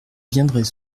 viendrez